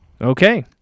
Okay